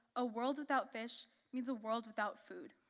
a world without fish means a world without food.